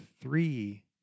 three